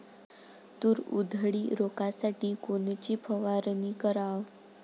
तूर उधळी रोखासाठी कोनची फवारनी कराव?